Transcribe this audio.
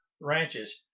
ranches